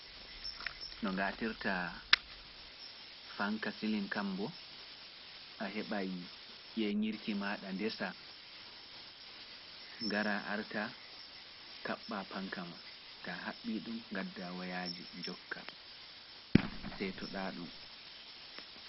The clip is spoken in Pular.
No ngatirta fanka silin kam mbo, a heɓa yeñirki maa ɗa ndesa, ngara arta kaɓɓa panka maa, taa haɓɓii ɗum ngadda woyaaji njokka, seetuɗa ɗum.